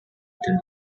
eaten